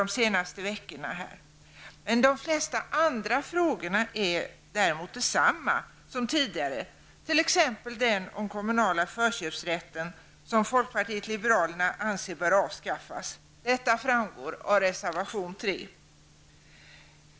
De flesta andra frågor är däremot desamma som tidigare, t.ex. den om kommunala förköpsrätten, som folkpartiet liberalerna anser bör avskaffas. Detta framgår av reservation 3.